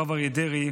הרב אריה דרעי,